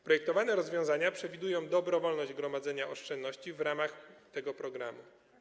Projektowane rozwiązania przewidują dobrowolność gromadzenia oszczędności w ramach tego programu.